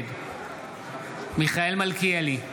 נגד מיכאל מלכיאלי,